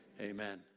amen